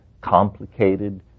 complicated